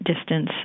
distance